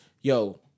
yo